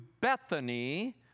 Bethany